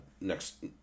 next